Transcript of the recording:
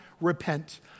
repent